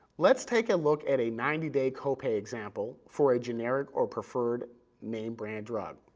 let's take a look at a ninety day copay example for a generic or preferred name brand drug.